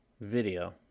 video